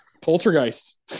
poltergeist